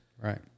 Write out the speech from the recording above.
right